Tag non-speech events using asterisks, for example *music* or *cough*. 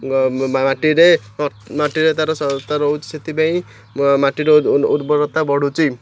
*unintelligible* ମାଟିରେ ମାଟିରେ ତାର ସତ୍ତା ରହୁଛି ସେଥିପାଇଁ ମାଟିର ଉର୍ବରତା ବଢ଼ୁଛି